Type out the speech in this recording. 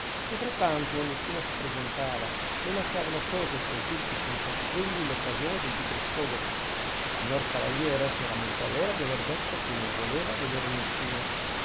e frattanto nessuno si presentava lo lasciavano solo co suoi dubbi senza offrirgli l'occasione d'un piccolo sfogo il signor cavaliere si rammentò allora di aver detto che non voleva vedere nessuno